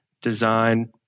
design